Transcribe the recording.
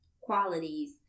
qualities